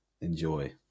Enjoy